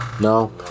No